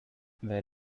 where